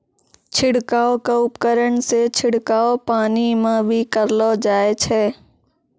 छिड़काव क उपकरण सें छिड़काव पानी म भी करलो जाय छै